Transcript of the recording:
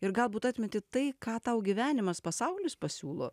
ir galbūt atmintį tai ką tau gyvenimas pasaulis pasiūlo